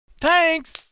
Thanks